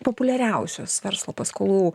populiariausios verslo paskolų